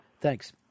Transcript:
Thanks